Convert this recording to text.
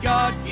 God